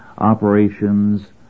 operations